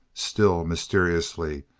still, mysteriously,